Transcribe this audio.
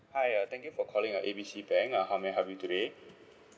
hi uh thank you for calling uh A B C bank uh how may I help you today